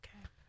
Okay